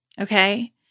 okay